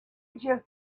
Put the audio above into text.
just